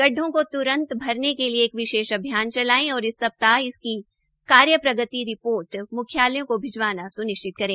गड्ढों को त्रन्त भरने के लिए एक विशेष अभियान चलाए और हर सप्ताह इसकी कार्य प्रगति रिपोर्ट मुख्यालयों को भिजवाना सुनिश्चित करे